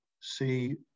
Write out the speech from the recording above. see